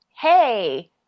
hey